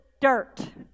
dirt